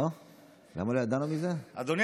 אדוני